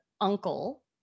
uncle